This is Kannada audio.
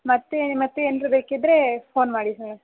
ಮತ್ತು ಮತ್ತು ಏನಾದ್ರು ಬೇಕಿದ್ದರೆ ಫೋನ್ ಮಾಡಿ ಮೇ